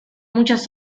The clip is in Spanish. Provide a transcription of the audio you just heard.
muchas